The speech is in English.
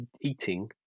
eating